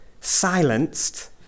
silenced